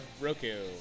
Roku